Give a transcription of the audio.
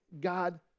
God